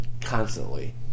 constantly